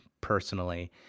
personally